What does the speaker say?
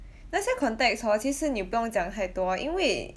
那些 context hor 其实你不用讲太多因为